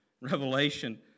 Revelation